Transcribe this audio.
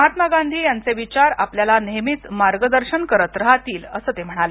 महात्मा गांधी यांचे विचार आपल्याला नेहमीच मार्गदर्शन करत राहतील असं ते म्हणाले